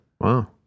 Wow